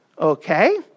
Okay